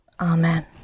Amen